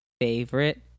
favorite